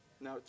Now